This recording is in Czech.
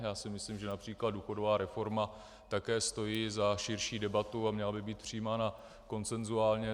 Já si myslím, že například důchodová reforma také stojí za širší debatu a měla by být přijímána konsensuálně.